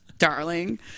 Darling